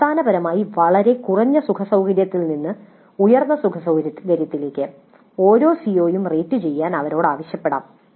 അടിസ്ഥാനപരമായി വളരെ കുറഞ്ഞ സുഖസൌകര്യത്തിൽ നിന്ന് ഉയർന്ന സുഖസൌകര്യങ്ങളിലേക്ക് ഓരോ CO യും റേറ്റുചെയ്യാൻ അവരോട് ആവശ്യപ്പെടാം